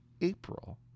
April